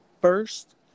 first